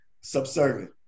subservient